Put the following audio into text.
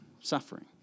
suffering